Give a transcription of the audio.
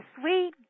sweet